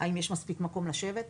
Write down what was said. האם יש מספיק מקום לשבת,